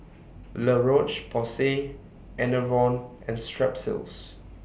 La Roche Porsay Enervon and Strepsils